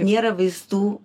nėra vaistų